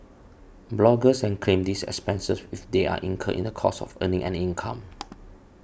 bloggers can claim these expenses if they are incurred in the course of earning an income